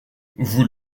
vous